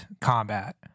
combat